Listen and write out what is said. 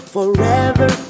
Forever